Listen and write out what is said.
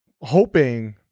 hoping